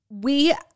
we-